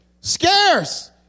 scarce